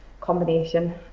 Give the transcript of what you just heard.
combination